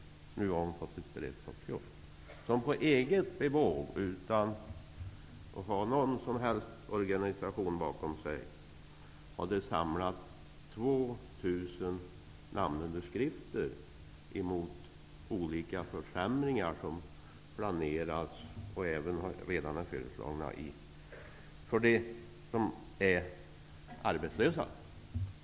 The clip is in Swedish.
Nu har hon fått ett beredskapsjobb. På eget bevåg, utan att ha någon som helst organisation bakom sig, hade hon samlat in 2 000 namnunderskrifter mot olika försämringar som har föreslagits och som planeras för de arbetslösa.